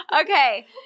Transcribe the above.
Okay